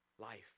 life